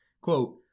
Quote